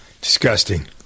Disgusting